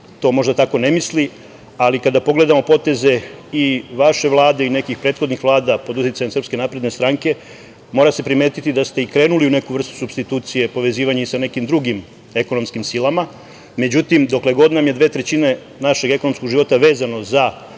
to možda tako ne misli, ali kada pogledamo poteze i vaše Vlade i nekih prethodnih vlada pod uticajem SNS, mora se primetiti da ste i krenuli u neku vrstu supstitucije povezivanja i sa nekim drugim ekonomskim silama. Međutim, dokle god nam je dve trećine našeg ekonomskog života vezano za